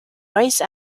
vice